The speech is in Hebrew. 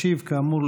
כאמור,